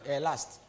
Last